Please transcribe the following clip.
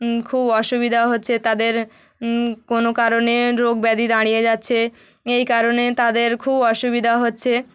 খুব অসুবিধা হচ্ছে তাদের কোনো কারণে রোগ ব্যাধি দাঁড়িয়ে যাচ্ছে এই কারণে তাদের খুব অসুবিধা হচ্ছে